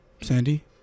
Sandy